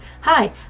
Hi